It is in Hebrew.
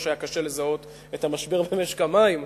לא שהיה קשה לזהות את המשבר במשק המים.